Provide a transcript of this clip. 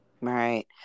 Right